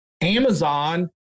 Amazon